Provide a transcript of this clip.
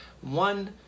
one